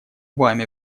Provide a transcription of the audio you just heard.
вами